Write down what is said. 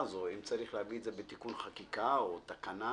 אולי צריך להביא את זה בתיקון חקיקה או בתקנה.